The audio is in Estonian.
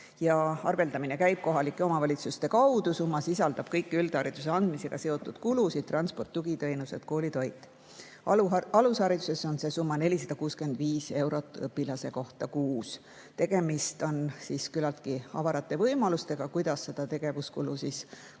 Arveldamine käib kohalike omavalitsuste kaudu. Summa sisaldab kõiki üldhariduse andmisega seotud kulusid: transport, tugiteenused, koolitoit. Alushariduses on see summa 465 eurot õpilase kohta kuus. Tegemist on küllaltki avarate võimalustega, kuidas seda tegevuskulu kulutada.